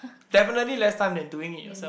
definitely less time than doing it yourself